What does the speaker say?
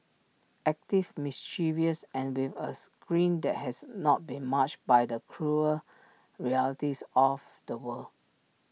active mischievous and with us grin that has not been marge by the cruel realities of the world